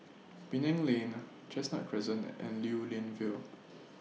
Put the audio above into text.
Penang Lane Chestnut Crescent and Lew Lian Vale